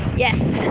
yes!